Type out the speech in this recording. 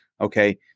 okay